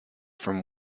from